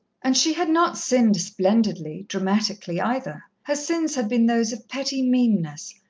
and she had not sinned splendidly, dramatically, either. her sins had been those of petty meanness,